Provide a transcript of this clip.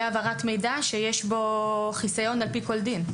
העברת מידע שיש בו חיסיון על פי כל דין.